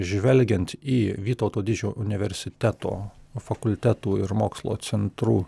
žvelgiant į vytauto didžiojo universiteto fakultetų ir mokslo centrų